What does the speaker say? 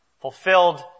fulfilled